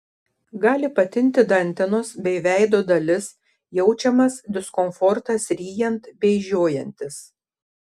gali patinti dantenos bei veido dalis jaučiamas diskomfortas ryjant bei žiojantis